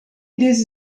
deze